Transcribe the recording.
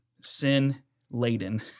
sin-laden